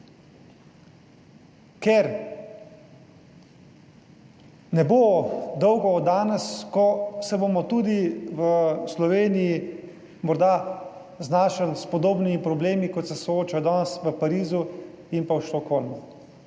ker ne bo dolgo od danes, ko se bomo tudi v Sloveniji morda znašli s podobnimi problemi kot se sooča danes v Parizu in pa v Stockholmu,